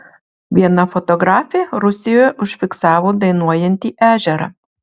viena fotografė rusijoje užfiksavo dainuojantį ežerą